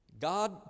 God